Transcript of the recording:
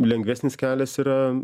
lengvesnis kelias yra